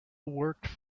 worked